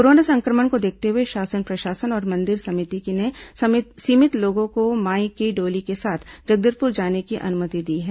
corona संक्रमण को देखते हुए शासन प्रशासन और मंदिर समिति ने सीमित लोगों को माई की डोली के साथ जगदलपुर जाने की अनुमति दी है